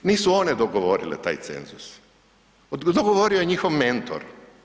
Nisu one dogovorile taj cenzus, dogovorio je njihov mentor.